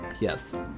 Yes